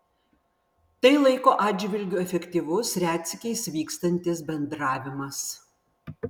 tai laiko atžvilgiu efektyvus retsykiais vykstantis bendravimas